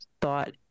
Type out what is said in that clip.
thought